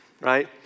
right